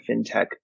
fintech